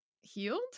healed